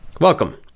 Welcome